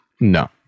no